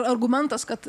argumentas kad